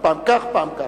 פעם כך, פעם כך.